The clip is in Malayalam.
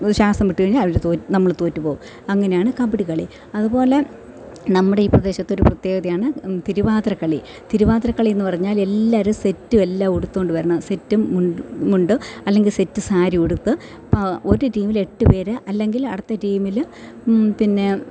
ശ്വാസം വിട്ടു കഴിഞ്ഞാൽ അവര് തോ നമ്മൾ തോറ്റുപോകും അങ്ങനെ ആണ് കബഡി കളി അതുപോലെ നമ്മുടെ ഈ പ്രദേശത്ത് ഒരു പ്രത്യേകതയാണ് തിരുവാതിര കളി തിരുവാതിരകളി എന്ന് പറഞ്ഞാൽ എല്ലാവരും സെറ്റ് എല്ലാം ഉടുത്തുകൊണ്ട് വരണം സെറ്റും മുണ്ടും മുണ്ട് അല്ലെങ്കിൽ സെറ്റ് സാരി ഉടുത്ത് പ ഒരു ടീമിൽ എട്ടു പേര് അല്ലെങ്കിൽ അടുത്ത ടീമില് പിന്നെ